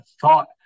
thought